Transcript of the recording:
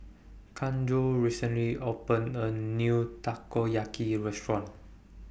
Kazuo recently opened A New Takoyaki Restaurant